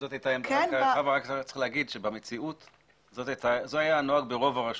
צריך לומר שבמציאות זה היה הנוהג ברוב הרשויות.